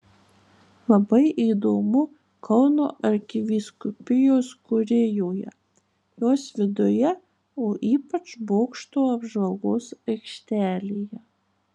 labai įdomu kauno arkivyskupijos kurijoje jos viduje o ypač bokšto apžvalgos aikštelėje